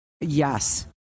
Yes